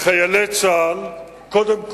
חיילי צה"ל, קודם כול,